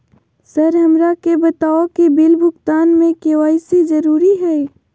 Sir हमरा के बताओ कि बिल भुगतान में के.वाई.सी जरूरी हाई?